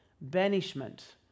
banishment